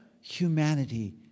humanity